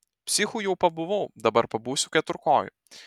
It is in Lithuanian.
psichu jau pabuvau dabar pabūsiu keturkoju